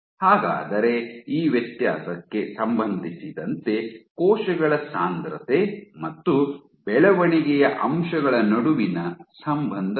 ಹಾಗಾದರೆ ಈ ವ್ಯತ್ಯಾಸಕ್ಕೆ ಸಂಬಂಧಿಸಿದಂತೆ ಕೋಶಗಳ ಸಾಂದ್ರತೆ ಮತ್ತು ಬೆಳವಣಿಗೆಯ ಅಂಶಗಳ ನಡುವಿನ ಸಂಬಂಧವೇನು